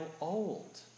old